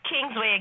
Kingsway